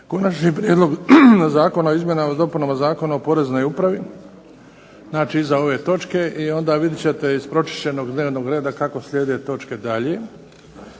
Konačni prijedlog zakona o izmjenama i dopunama Zakona o poreznoj upravi, znači iza ove točke i onda vidjet ćete iz pročišćenog dnevnog reda kako slijede točke dalje.